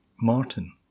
Martin